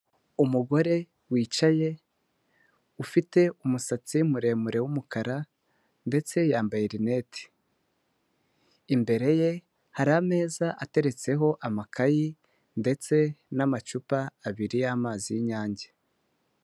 Umugore wicaye, ufite umusatsi muremure w'umukara, ndetse yambaye rinete. Imbere ye hari ameza ateretseho amakayi, ndetse n'amacupa abiri y'amazi y'inyange.